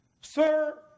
Sir